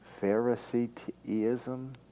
Phariseeism